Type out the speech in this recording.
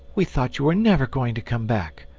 we thought you were never going to come back.